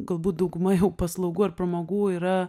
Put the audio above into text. galbūt dauguma jau paslaugų ar pramogų yra